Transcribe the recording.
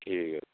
ଠିକ୍ ଅ